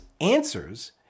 answers